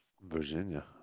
Virginia